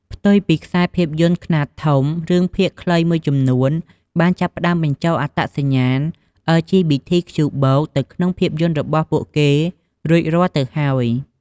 ផ្ទុយពីខ្សែភាពយន្តខ្នាតធំ រឿងភាគខ្លីមួយចំនួនបានចាប់ផ្តើមបញ្ចូលអត្តសញ្ញាណ អិល ជី ប៊ី ធី ខ្ជូ បូក (LGBTQ+) ទៅក្នុងភាពយន្ដរបស់គេរួចរាល់ទៅហើយ។